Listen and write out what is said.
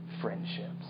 friendships